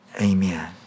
Amen